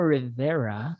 Rivera